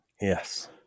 Yes